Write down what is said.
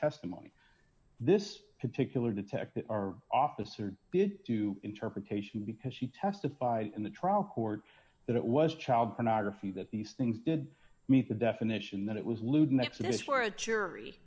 testimony this particular detective our officer bid to interpretation because she testified in the trial court that it was child pornography that these things did meet the definition that it was lewd nexus for a jury